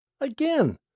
again